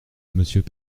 monsieur